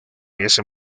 ese